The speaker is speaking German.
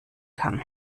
kann